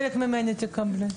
על חלק תקבלי ממני.